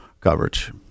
coverage